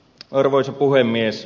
arvoisa puhemies